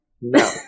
no